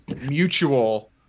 mutual